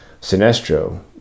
Sinestro